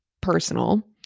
personal